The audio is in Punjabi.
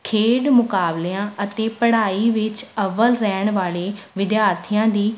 ਖੇਡ ਮੁਕਾਬਲਿਆਂ ਅਤੇ ਪੜ੍ਹਾਈ ਵਿੱਚ ਅੱਵਲ ਰਹਿਣ ਵਾਲੇ ਵਿਦਿਆਰਥੀਆਂ ਦੀ